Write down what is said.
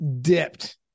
dipped